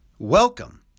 Welcome